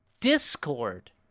Discord